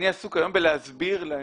אני עסוק היום בלהסביר להם,